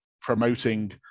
promoting